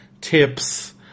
tips